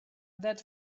that